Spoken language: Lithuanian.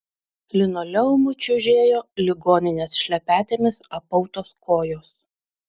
linoleumu čiužėjo ligoninės šlepetėmis apautos kojos